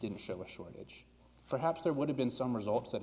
didn't show a shortage perhaps there would have been some results that